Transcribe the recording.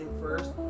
first